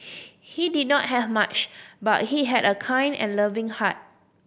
he did not have much but he had a kind and loving heart